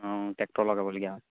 অঁ ট্ৰেক্টৰ লগাবলগীয়া হয়